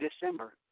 December